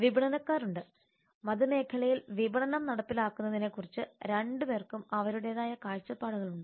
വിപണനക്കാർ ഉണ്ട് മതമേഖലയിൽ വിപണനം നടപ്പിലാക്കുന്നതിനെക്കുറിച്ച് രണ്ടുപേർക്കും അവരുടേതായ കാഴ്ചപ്പാടുകളുണ്ട്